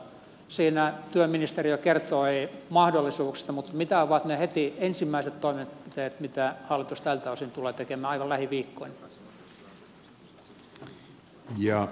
siinä työministeri jo kertoi mahdollisuuksista mutta mitä ovat ne heti ensimmäiset toimenpiteet mitä hallitus tältä osin tulee tekemään aivan lähiviikkoina